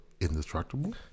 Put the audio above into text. indestructible